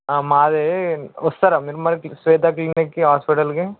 మాదే వస్తారా మీరు మరి శ్వేతా క్లినిక్కి హాస్పటల్కి